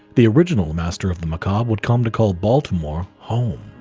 the original master of the macabre would come to call baltimore home.